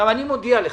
אני מודיע לך,